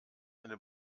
eine